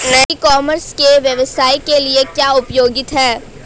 ई commerce के व्यवसाय के लिए क्या उपयोगिता है?